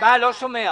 ישיבה